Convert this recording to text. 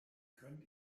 könnt